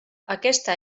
aquesta